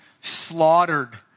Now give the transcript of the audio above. slaughtered